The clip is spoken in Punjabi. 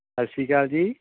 ਸਤਿ ਸ਼੍ਰੀ ਅਕਾਲ ਜੀ